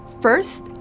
First